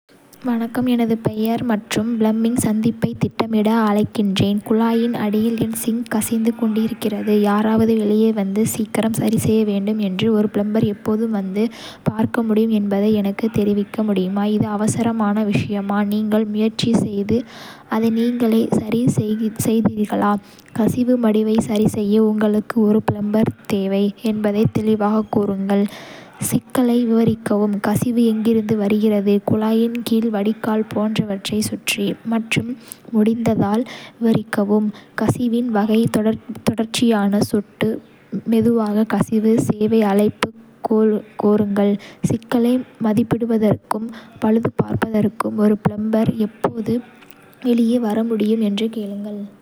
வணக்கம், எனது பெயர் மற்றும் பிளம்பிங் சந்திப்பைத் திட்டமிட அழைக்கிறேன். குழாயின் அடியில் என் சின்க் கசிந்து கொண்டிருக்கிறது, யாராவது வெளியே வந்து சீக்கிரம் சரி செய்ய வேண்டும். ஒரு பிளம்பர் எப்போது வந்து பார்க்க முடியும் என்பதை எனக்குத் தெரிவிக்க முடியுமா. இது அவசரமான விஷயமா. நீங்கள் முயற்சி செய்து அதை நீங்களே சரிசெய்தீர்களா. கசிவு மடுவை சரிசெய்ய உங்களுக்கு ஒரு பிளம்பர் தேவை என்பதைத் தெளிவாகக் கூறுங்கள். சிக்கலை விவரிக்கவும் கசிவு எங்கிருந்து வருகிறது குழாயின் கீழ், வடிகால் போன்றவற்றைச் சுற்றி மற்றும் முடிந்தால், விவரிக்கவும். கசிவின் வகை தொடர்ச்சியான சொட்டு, மெதுவாக கசிவு. சேவை அழைப்பைக் கோருங்கள் சிக்கலை மதிப்பிடுவதற்கும் பழுதுபார்ப்பதற்கும் ஒரு பிளம்பர் எப்போது வெளியே வர முடியும் என்று கேளுங்கள்.